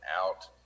out